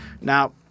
now